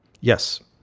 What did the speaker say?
Yes